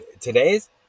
Today's